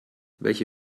welche